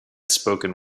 spoken